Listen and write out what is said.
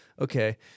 Okay